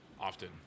often